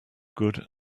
good